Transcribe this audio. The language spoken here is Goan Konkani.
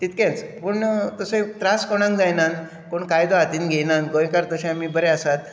तितकेंच पूण अशें त्रास कोणक जायनान कोण कायदो हातीन घेयनान गोंयकार तशें आमी बरें आसात